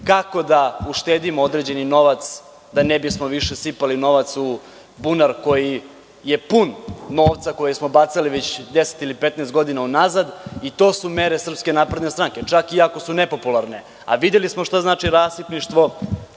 kako da uštedimo određeni novac da ne bismo više sipali novac u bunar koji je put novca koji smo bacali već deset ili 15 godina unazad i to su mere SNS, čak i ako su nepopularne. Videli smo šta znači rasipništvo,